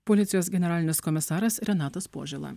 policijos generalinis komisaras renatas požėla